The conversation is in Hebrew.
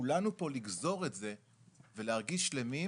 לכולנו פה לגזור את זה ולהרגיש שלמים